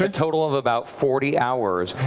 ah total of about forty hours.